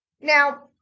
Now